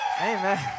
Amen